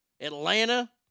Atlanta